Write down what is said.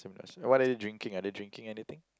what are they drinking are they drinking anything